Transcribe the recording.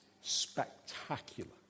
spectacular